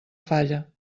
falla